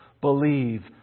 believe